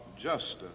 justice